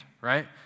right